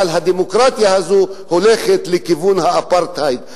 אבל הדמוקרטיה הזאת הולכת לכיוון האפרטהייד.